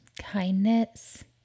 kindness